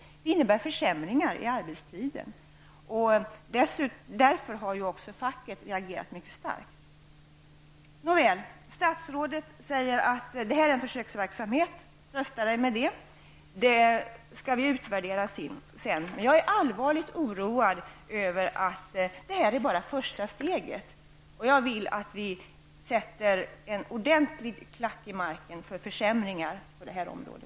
Det innebär försämringar i arbetstiden. Och därför har också facket reagerat mycket starkt. Nåväl, statsrådet säger att detta är en försöksverksamhet och att jag skall trösta mig med det. Sedan skall detta utvärderas. Men jag är allvarligt oroad över att det här bara är första steget. Jag vill att vi sätter en ordentlig klack i marken när det gäller försämringar på detta område.